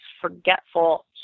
forgetful